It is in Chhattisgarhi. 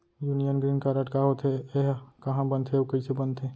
यूनियन ग्रीन कारड का होथे, एहा कहाँ बनथे अऊ कइसे बनथे?